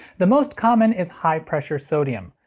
the most common is high pressure sodium.